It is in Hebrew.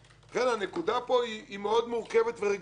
לכן הנקודה פה מאוד מורכבת ורגישה.